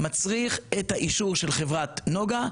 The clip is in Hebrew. מצריך את האישור של חברת נגה,